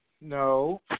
No